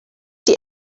die